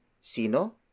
sino